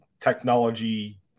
technology